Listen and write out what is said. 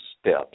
steps